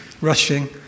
rushing